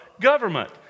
government